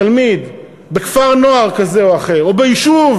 תלמיד בכפר-נוער כזה או אחר או ביישוב